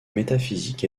métaphysique